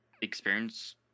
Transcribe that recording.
experience